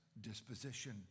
disposition